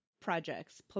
projects